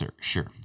sure